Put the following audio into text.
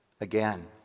again